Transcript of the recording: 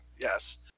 yes